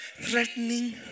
threatening